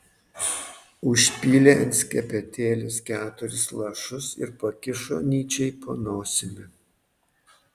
užpylė ant skepetėlės keturis lašus ir pakišo nyčei po nosimi